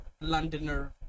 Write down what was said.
Londoner